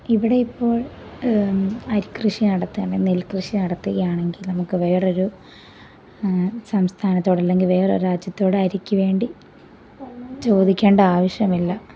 ഇവിടെ ഇപ്പോൾ അരി കൃഷി നടത്താതെ നെൽ കൃഷി നടത്തുകയാണെങ്കിൽ നമുക്ക് വേറൊരു സംസ്ഥാനത്തോട് അല്ലെങ്കിൽ വേറൊരു രാജ്യത്തോട് അരിയ്ക്ക് വേണ്ടി ചോദിക്കേണ്ട ആവശ്യമില്ല